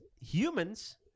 humans